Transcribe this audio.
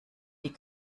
die